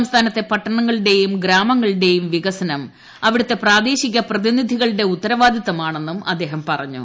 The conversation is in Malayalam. സംസ്ഥാനത്തെ പട്ടണങ്ങളുടെയും ഗ്രാമങ്ങളുടെയും വികസനം അവിടുത്തെ പ്രാദേശിക പ്രതിനിധികളുടെ ഉത്തരവാദിത്തമാണെന്നും അദ്ദേഹം പറഞ്ഞു